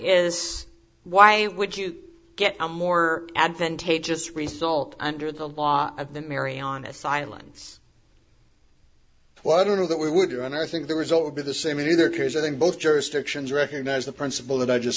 is why would you get a more advantageous result under the law of the marianas islands well i don't know that we would do and i think the result would be the same in either case i think both jurisdictions recognize the principle that i just